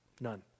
None